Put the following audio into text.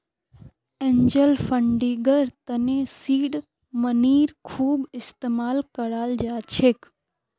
angel फंडिंगर तने seed मनीर खूब इस्तमाल कराल जा छेक